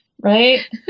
Right